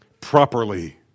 properly